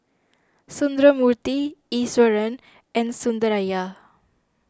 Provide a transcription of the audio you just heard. Sundramoorthy Iswaran and Sundaraiah